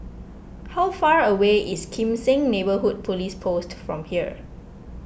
how far away is Kim Seng Neighbourhood Police Post from here